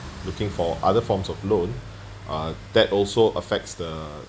looking for other forms of loan uh that also affects the